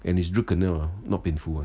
and his root canal ah not painful one